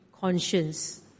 conscience